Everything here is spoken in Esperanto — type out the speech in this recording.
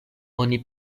oni